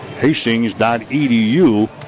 hastings.edu